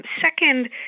Second